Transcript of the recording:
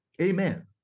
Amen